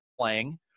playing